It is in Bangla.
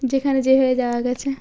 যেখানে যে হয়ে যাওয়া গেছে